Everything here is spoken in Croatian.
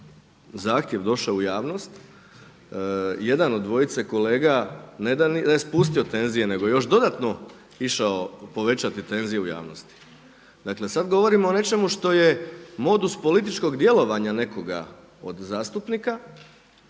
zahtjev došao u javnost jedan od dvojice kolega ne da je spustio tenzije nego još dodatno išao povećati tenzije u javnosti. Dakle sada govorimo o nečemu što je modus političkog djelovanja nekoga od zastupnika,